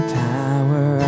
power